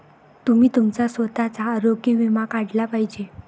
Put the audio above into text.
तुम्ही तुमचा स्वतःचा आरोग्य विमा काढला पाहिजे